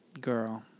girl